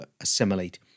assimilate